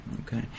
Okay